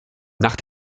nach